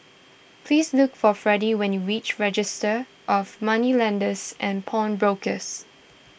please look for Fredy when you reach Registry of Moneylenders and Pawnbrokers